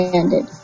ended